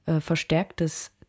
verstärktes